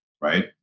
Right